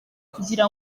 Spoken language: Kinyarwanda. kugira